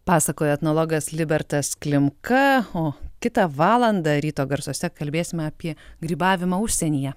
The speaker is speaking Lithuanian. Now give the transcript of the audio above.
pasakoja etnologas libertas klimka o kitą valandą ryto garsuose kalbėsime apie grybavimą užsienyje